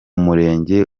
murenge